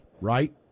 right